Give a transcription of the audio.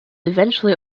eventually